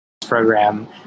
program